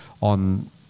on